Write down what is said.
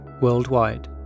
worldwide